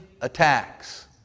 attacks